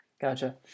Gotcha